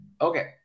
Okay